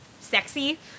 sexy